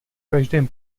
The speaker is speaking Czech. každém